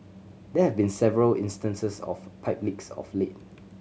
there have been several instances of pipe leaks of late